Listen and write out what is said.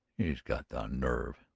she's got the nerve,